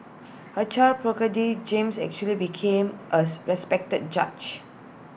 A child James eventually became as respected judge